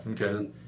Okay